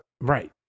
Right